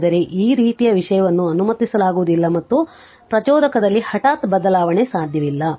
ಆದರೆ ಈ ರೀತಿಯ ವಿಷಯವನ್ನು ಅನುಮತಿಸಲಾಗುವುದಿಲ್ಲ ಮತ್ತು ಪ್ರಚೋದಕದಲ್ಲಿ ಹಠಾತ್ ಬದಲಾವಣೆ ಸಾಧ್ಯವಿಲ್ಲ